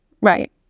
Right